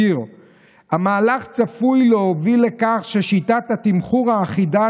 המהלך צפוי להוביל לכך ששיטת התמחור האחידה